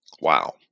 wow